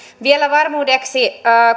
vielä varmuudeksi